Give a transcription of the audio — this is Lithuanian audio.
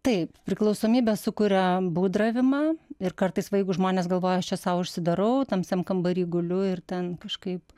taip priklausomybė sukuria būdravimą ir kartais va jeigu žmonės galvoja aš čia sau užsidarau tamsiam kambary guliu ir ten kažkaip